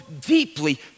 deeply